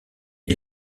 est